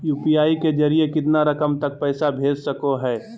UPI के जरिए कितना रकम तक पैसा भेज सको है?